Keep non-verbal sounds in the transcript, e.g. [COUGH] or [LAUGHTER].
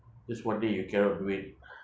just one day you cannot do it [BREATH]